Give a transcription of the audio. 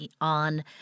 on